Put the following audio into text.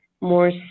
more